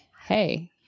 hey